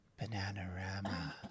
Bananarama